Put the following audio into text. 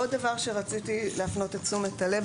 עוד דבר שרציתי להפנות את תשומת הלב,